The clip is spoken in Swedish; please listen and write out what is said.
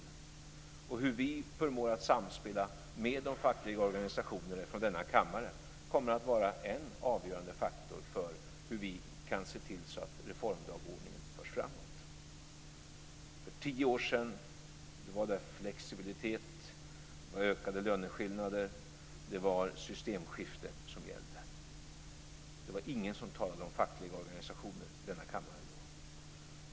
Hur vi från denna kammare förmår att samspela med de fackliga organisationerna kommer att vara en avgörande faktor för hur vi kan se till att reformdagordningen förs framåt. För tio år sedan var det flexibilitet, ökade löneskillnader och systemskifte som gällde. Det var ingen som talade om fackliga organisationer i denna kammare då.